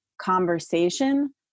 conversation